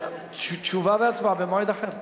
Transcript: תשובה והצבעה במועד אחר,